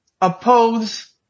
oppose